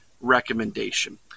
recommendation